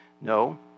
No